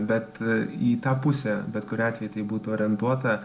bet į tą pusę bet kuriuo atveju tai būtų orientuota